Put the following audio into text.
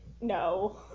no